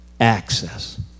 access